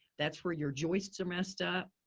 that's where your joists are messed up.